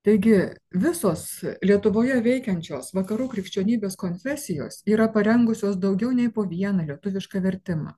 taigi visos lietuvoje veikiančios vakarų krikščionybės konfesijos yra parengusios daugiau nei po vieną lietuvišką vertimą